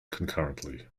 concurrently